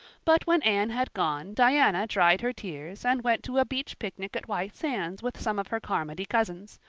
but when anne had gone diana dried her tears and went to a beach picnic at white sands with some of her carmody cousins,